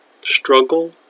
struggle